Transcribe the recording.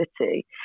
city